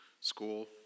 School